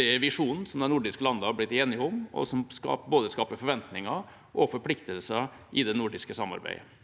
Det er visjonen som de nordiske landene har blitt enige om, og som skaper både forventninger og forpliktelser i det nordiske samarbeidet.